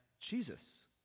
Jesus